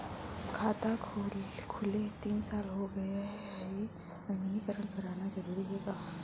खाता खुले तीन साल हो गया गये हे नवीनीकरण कराना जरूरी हे का?